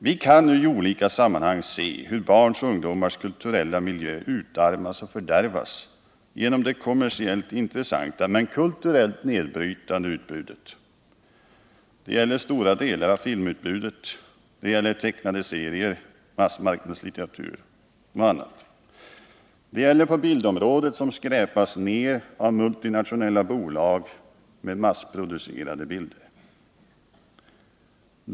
Vi kan nui olika sammanhang se hur barns och ungdomars kulturella miljö utarmas och fördärvas genom det kommersiellt intressanta men kulturellt nedbrytande utbudet. Det gäller stora delar av filmutbudet, det gäller massmarknadslitteratur, tecknade serier och annat. Det gäller också på bildområdet i övrigt, som skräpas ned med av multinationella bolag massproducerade bilder.